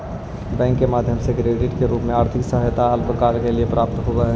bank के माध्यम से क्रेडिट के रूप में आर्थिक सहायता अल्पकाल के लिए प्राप्त होवऽ हई